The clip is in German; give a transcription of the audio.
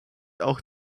auch